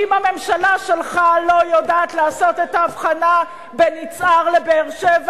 כי אם הממשלה שלך לא יודעת לעשות את ההבחנה בין יצהר לבאר-שבע,